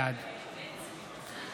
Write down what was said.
בעד שלמה קרעי, נגד אליהו